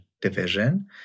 division